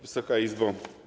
Wysoka Izbo!